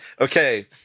Okay